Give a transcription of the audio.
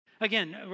Again